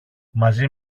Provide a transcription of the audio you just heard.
μαζί